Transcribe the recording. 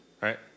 right